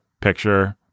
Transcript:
picture